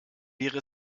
wäre